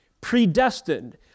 predestined